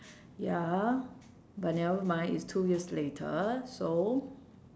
ya but nevermind is two years later so